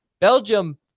Belgium